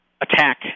attack